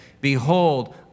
Behold